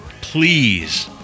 please